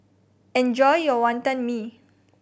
enjoy your Wantan Mee